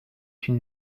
une